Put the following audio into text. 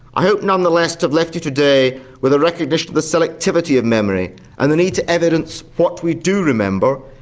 i hope nonetheless to have left you today with a recognition of the selectivity of memory and the need to evidence what we do remember,